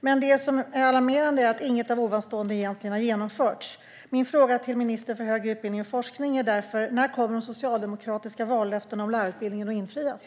Men det som är alarmerande är att inget av löftena egentligen har genomförts. Min fråga till ministern för högre utbildning och forskning är därför: När kommer de socialdemokratiska vallöftena om lärarutbildningen att infrias?